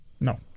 No